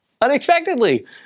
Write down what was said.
unexpectedly